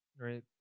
right